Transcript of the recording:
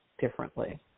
differently